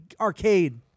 arcade